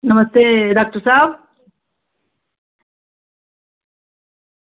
नमस्ते doctor साह्ब